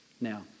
Now